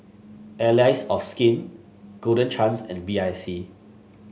Allies of Skin Golden Chance and B I C